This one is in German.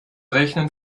rechnen